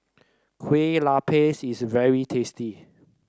Kueh Lapis is very tasty